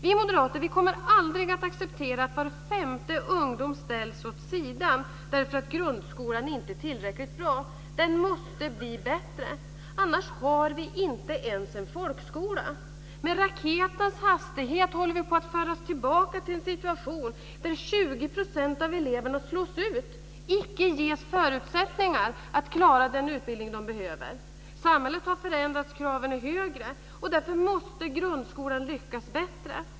Vi moderater kommer aldrig att acceptera att var femte ungdom ställs åt sidan därför att grundskolan inte är tillräckligt bra. Den måste bli bättre. Annars har vi inte ens en folkskola. Med raketens hastighet håller vi på att färdas tillbaka till en situation där 20 % av eleverna slås ut och icke ges förutsättningar för att klara av den utbildning som de behöver. Samhället har förändrats, och kraven är högre. Därför måste grundskolan lyckas bättre.